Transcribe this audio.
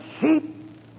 sheep